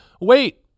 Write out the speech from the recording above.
wait